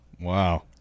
Wow